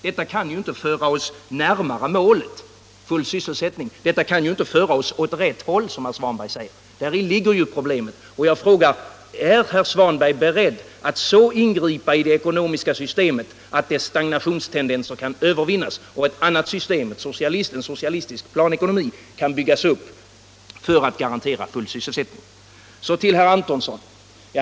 Detta kan ju inte föra oss närmare målet full sysselsättning eller ”åt rätt håll”, som herr Svanberg säger. Där ligger problemet. Jag frågar: Är herr Svanberg beredd att så ingripa i det ekonomiska systemet att dessa stagnationstendenser kan övervinnas och ett annat system, en socialistisk planekonomi, kan byggas upp för att garantera full sysselsättning? Så till herr Antonsson.